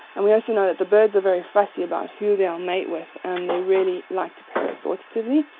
and we also know that the birds are very fussy about who they'll mate with. and they really like to pair assortatively,